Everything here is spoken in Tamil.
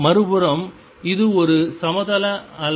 மறுபுறம் இது ஒரு சமதள அலை